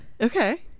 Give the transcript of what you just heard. Okay